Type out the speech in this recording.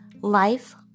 Life